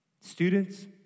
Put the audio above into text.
students